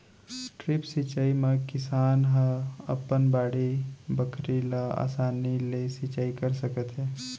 drip सिंचई म किसान ह अपन बाड़ी बखरी ल असानी ले सिंचई कर सकत हे